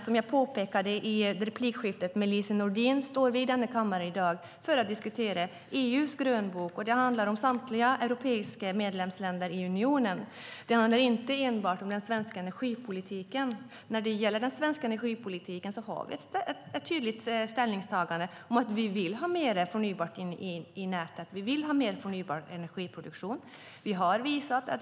Som jag påpekade i replikskiftet med Lise Nordin står vi i denna kammare i dag för att diskutera EU:s grönbok, och det handlar om samtliga medlemsländer i Europeiska unionen, inte enbart om den svenska energipolitiken. När det gäller den svenska energipolitiken har vi ett tydligt ställningstagande: Vi vill ha mer förnybart i nätet och mer förnybar energiproduktion.